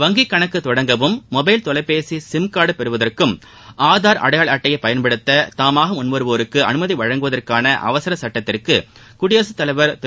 வங்கியில் கணக்கு தொடங்கவும் மொபைல் தொலைபேசி சிம் கார்டு பெறுவதற்கும் ஆதார் அடையாள அட்டையை பயன்படுத்த தாமாக முன்வருவோருக்கு அனுமதி வழங்குவதற்கான அவசர சட்டத்திற்கு குடியரசுத்தலைவர் திரு